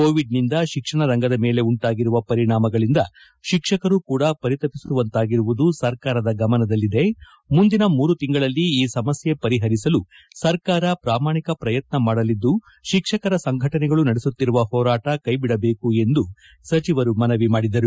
ಕೋವಿಡ್ನಿಂದ ಶಿಕ್ಷಣ ರಂಗದ ಮೇಲೆ ಉಂಟಾಗಿರುವ ಪರಿಣಾಮಗಳಿಂದ ಶಿಕ್ಷಕರೂ ಕೂಡ ಪರಿತಪಿಸುವಂತಾಗಿರುವುದು ಸರ್ಕಾರದ ಗಮನದಲ್ಲಿದೆ ಮುಂದಿನ ಮೂರು ತಿಂಗಳಲ್ಲಿ ಈ ಸಮಸ್ತೆ ಪರಿಹರಿಸಲು ಸರ್ಕಾರ ಪ್ರಾಮಾಣಿಕ ಪ್ರಯತ್ನ ಮಾಡಲಿದ್ದು ಶಿಕ್ಷಕರ ಸಂಘಟನೆಗಳು ನಡೆಸುತ್ತಿರುವ ಹೋರಾಟ ಕೈಬಿಡಬೇಕು ಎಂದು ಸಚಿವರು ಮನವಿ ಮಾಡಿದ್ದಾರೆ